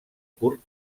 curt